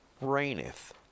reigneth